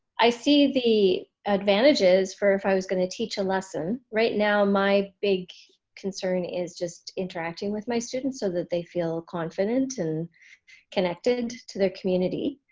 i see the advantages for if i was gonna teach a lesson, right now my big concern is just interacting with my students so that they feel confident and connected to their community.